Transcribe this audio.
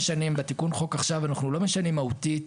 בתיקון חוק עכשיו אנחנו לא משנים מהותית